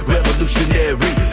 Revolutionary